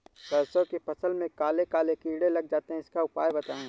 सरसो की फसल में काले काले कीड़े लग जाते इसका उपाय बताएं?